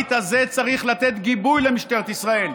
הבית הזה צריך לתת גיבוי למשטרת ישראל.